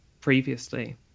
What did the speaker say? previously